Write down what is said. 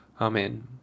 Amen